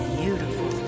beautiful